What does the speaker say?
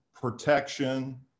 protection